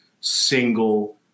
single